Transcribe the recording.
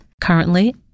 currently